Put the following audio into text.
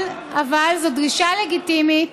לא צריך, אבל זו דרישה לגיטימית